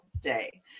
day